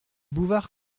bouvard